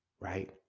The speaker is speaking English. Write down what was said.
Right